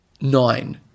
nine